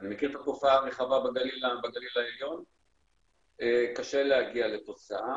אני מכיר את התופעה הרחבה בגליל העליון קשה להגיע לתוצאה.